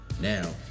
now